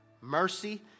mercy